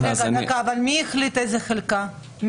יוליה מלינובסקי (יו"ר ועדת מיזמי תשתית לאומיים